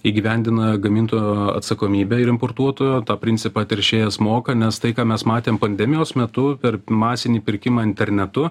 įgyvendina gamintojo atsakomybę ir importuotojo tą principą teršėjas moka nes tai ką mes matėm pandemijos metu per masinį pirkimą internetu